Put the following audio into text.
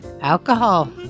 Alcohol